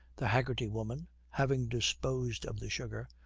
the haggerty woman, having disposed of the sugar,